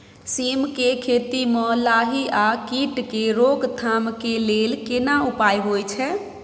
सीम के खेती म लाही आ कीट के रोक थाम के लेल केना उपाय होय छै?